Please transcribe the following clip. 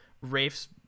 Rafe's